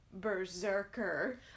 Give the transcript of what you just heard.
Berserker